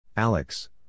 Alex